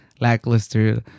lackluster